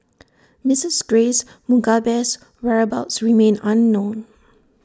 Mrs grace Mugabe's whereabouts remain unknown